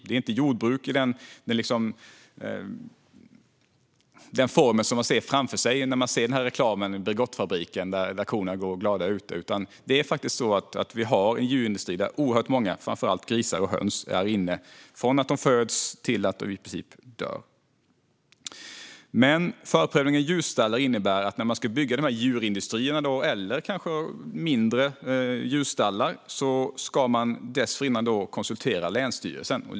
Det är inte jordbruk i den form som man ser i reklamen med Bregottfabriken, där korna går glada ute, utan vi har faktiskt en djurindustri där oerhört många djur är inne, framför allt grisar och höns, i princip från det att de föds tills de dör. Förprövning av djurstallar innebär att innan man ska bygga de här djurindustrierna eller mindre djurstallar ska man konsultera länsstyrelsen.